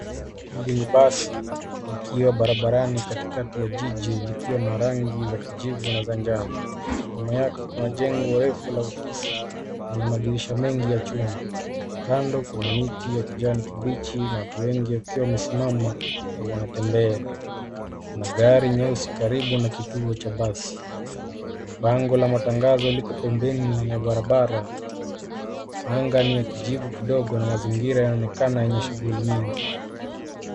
Hili ni basi likiwa barabani katikati ya jiji likiwa na rangi za kijivu na za jano, nyuma yake kuna jengo refu la ofisi yenye madirisha mengi ya chuma, kando kuna miti ya kijani kibichi na watu wengi wakiwa wamesimama au wanatembea, kuna gari nyeusi karibu na kituo cha basi. Bango la matangazo liko pembeni ya barabara anga ni ya kijivu kidogo na mazingira yanaonekana yenye shuguli nyingi.